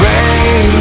Rain